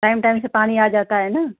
time time से पानी आ जाता है ना